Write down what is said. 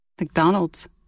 McDonald's